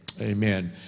amen